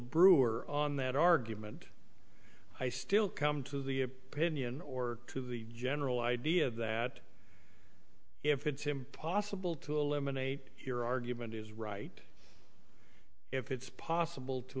brewer on that argument i still come to the opinion or to the general idea that if it's impossible to eliminate your argument is right if it's possible to